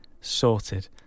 Sorted